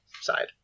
side